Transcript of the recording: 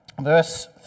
Verse